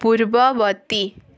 ପୂର୍ବବର୍ତ୍ତୀ